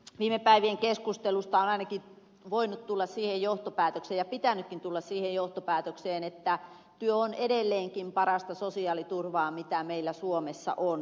viime päivien keskustelusta on ainakin voinut tulla siihen johtopäätökseen ja pitänytkin tulla siihen johtopäätökseen että työ on edelleenkin parasta sosiaaliturvaa mitä meillä suomessa on